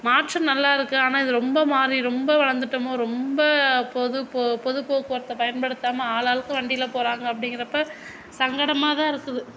மாற்றம் நல்லா இருக்குது ஆனால் இது ரொம்ப மாறி ரொம்ப வளர்ந்துட்டோமோ ரொம்ப பொது பொது போக்குவரத்து பயன்படுத்தாமல் ஆள் ஆளுக்கு வண்டியில் போகிறாங்க அப்படிங்கிறப்ப சங்கடமாகதான் இருக்குது